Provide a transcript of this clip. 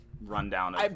rundown